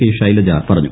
K Shailaja പറഞ്ഞു